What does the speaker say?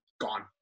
gone